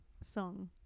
song